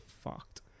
fucked